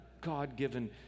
God-given